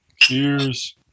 Cheers